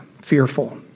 fearful